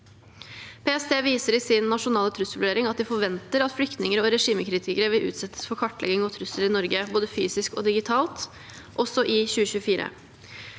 PST viser i sin nasjonale trusselvurdering at de forventer at flyktninger og regimekritikere vil utsettes for kartlegging og trusler i Norge, både fysisk og digitalt, også i 2024.